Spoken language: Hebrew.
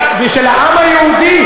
ושל העם היהודי,